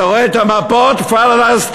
אתה רואה את המפות: פלסטין.